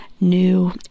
new